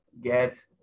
get